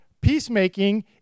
Peacemaking